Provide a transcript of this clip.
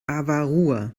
avarua